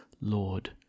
Lord